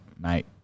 mate